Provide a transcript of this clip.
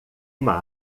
uma